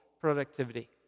productivity